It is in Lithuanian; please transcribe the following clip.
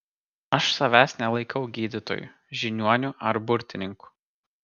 aš savęs nelaikau gydytoju žiniuoniu ar burtininku